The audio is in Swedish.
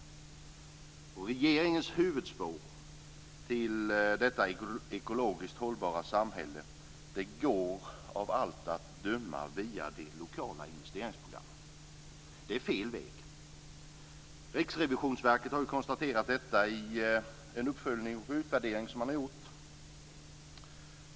Och regeringens huvudspår mot detta ekologiskt hållbara samhälle går av allt att döma via de lokala investeringsprogrammen. Det är fel väg. Det har Riksrevisionsverket konstaterat i en uppföljning och utvärdering som man har gjort.